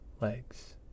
legs